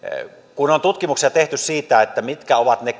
kun on tutkimuksia tehty siitä mitkä ovat ne